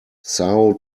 são